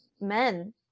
men